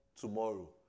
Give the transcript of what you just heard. tomorrow